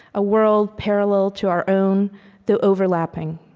a world parallel to our own though overlapping.